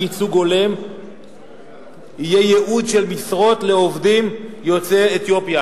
ייצוג הולם יהיה ייעוד משרות לעובדים יוצאי אתיופיה.